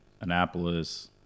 Annapolis